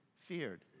feared